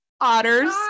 otters